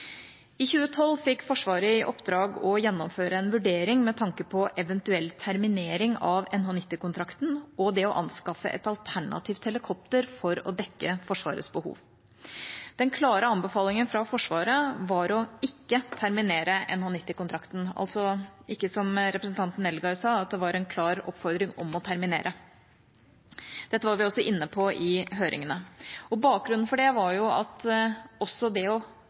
I 2012 fikk Forsvaret i oppdrag å gjennomføre en vurdering med tanke på eventuell terminering av NH90-kontrakten og det å anskaffe et alternativt helikopter for å dekke Forsvarets behov. Den klare anbefalingen fra Forsvaret var å ikke terminere NH90-kontrakten – ikke som representanten Eldegard sa, at det var en klar oppfordring om å terminere. Dette var vi også inne på i høringene. Bakgrunnen for det var at også det